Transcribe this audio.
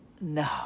No